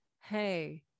hey